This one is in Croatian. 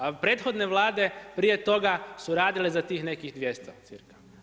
A prethodne Vlade prije toga su radile za tih nekih 200 cirka.